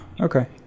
Okay